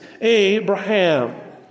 Abraham